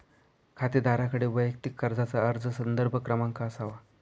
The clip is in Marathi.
खातेदाराकडे वैयक्तिक कर्जाचा अर्ज संदर्भ क्रमांक असावा